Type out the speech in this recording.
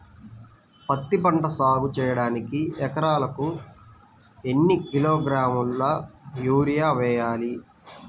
పత్తిపంట సాగు చేయడానికి ఎకరాలకు ఎన్ని కిలోగ్రాముల యూరియా వేయాలి?